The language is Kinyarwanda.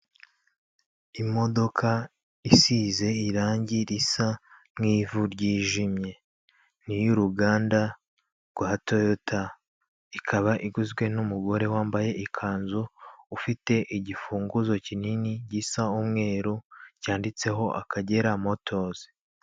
Imodoka isize irangi risa nk'ivu ryijimye, niy'uruganda rwa toyota ikaba iguzwe n'umugore wambaye ikanzu ufite igifunguzo kinini gisa umweru cyanditseho akagera motozi.